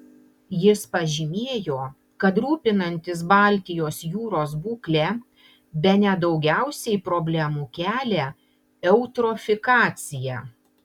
jis pažymėjo kad rūpinantis baltijos jūros būkle bene daugiausiai problemų kelia eutrofikacija